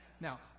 Now